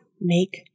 make